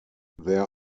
there